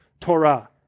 Torah